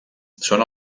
són